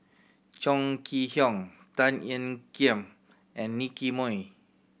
Chong Kee Hiong Tan Ean Kiam and Nicky Moey